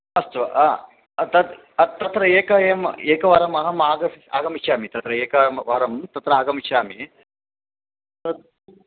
अस्तु तत् तत्र एकम् एवम् एकवारम् अहम् आग आगमिष्यामि तत्र एकवारं तत्र आगमिष्यामि तत्तु